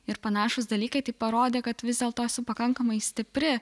ir panašūs dalykai tai parodė kad vis dėlto esu pakankamai stipri